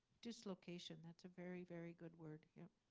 dislocation. that's a very, very good word. yep.